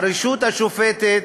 הרשות השופטת